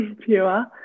pure